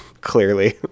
clearly